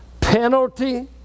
Penalty